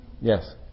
Yes